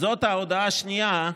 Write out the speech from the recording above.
זאת ההודעה השנייה,